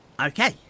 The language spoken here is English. okay